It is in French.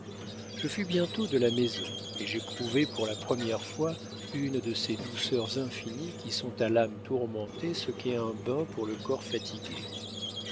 je fus bientôt de la maison et j'éprouvai pour la première fois une de ces douceurs infinies qui sont à l'âme tourmentée ce qu'est un bain pour le corps fatigué